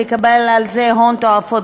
לקבל על זה הון תועפות.